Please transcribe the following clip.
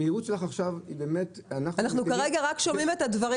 המהירות שלך עכשיו היא באמת --- אנחנו כרגע רק שומעים את הדברים,